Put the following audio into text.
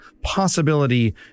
possibility